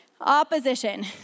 Opposition